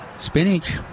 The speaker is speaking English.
Spinach